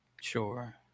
Sure